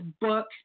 book